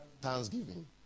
thanksgiving